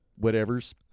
whatevers